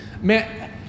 Man